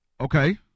Okay